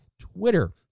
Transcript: Twitter